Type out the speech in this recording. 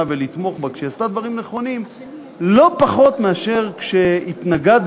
ולתמוך בה כשהיא עשתה דברים נכונים לא פחות מאשר כשהתנגדנו,